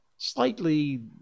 Slightly